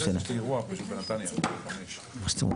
במקום המילה "יצרן נאות" יבוא "יצרן מזון שהינו